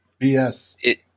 BS